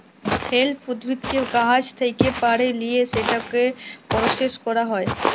hemp উদ্ভিদকে গাহাচ থ্যাকে পাড়ে লিঁয়ে সেটকে পরসেস ক্যরা হ্যয়